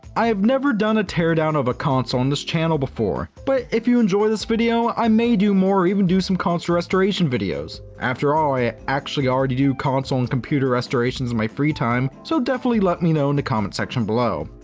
i have never done a teardown of a console on this channel before but, if you enjoy this video, i may do more or even do some console restoration videos! after all, i already already do console and computer restorations in my free time, so definitely let me know in the comment section below!